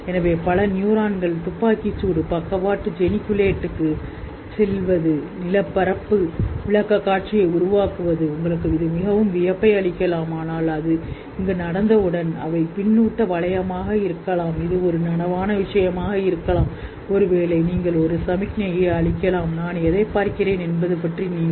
எனவே பல நியூரான்கள் துப்பாக்கிச் சூடு பக்கவாட்டு ஜெனிகுலேட்டுக்குச் செல்வது நிலப்பரப்பு விளக்கக்காட்சியை உருவாக்குவது நீங்கள் ஊதித் தள்ளப்படுவீர்கள் என்று நினைக்கிறீர்கள் ஆனால் அது அங்கு நடந்தவுடன் அவை பின்னூட்ட வளையமாக இருக்கலாம் இது ஒரு நனவான விஷயமாக இருக்கலாம் ஒருவேளை நீங்கள் ஒரு சமிக்ஞையை அளிக்கலாம் நான் எதைப் பார்க்கிறேன் என்பது பற்றி நீங்கள்